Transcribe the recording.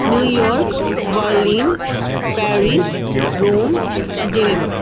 New York Berlin Paris Rome Geneva